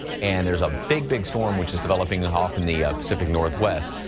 and there's a big, big storm which is developing off in the ah pacific northwest.